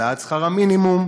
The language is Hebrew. העלאת שכר המינימום,